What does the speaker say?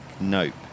Nope